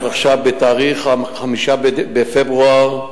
שהתרחשה ב-5 בפברואר,